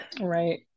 Right